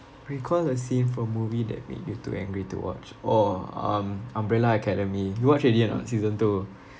recall a scene from movie that made you too angry to watch oh um umbrella academy you watch already or not season two